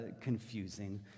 confusing